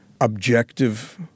objective